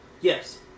Yes